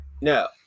No